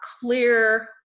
clear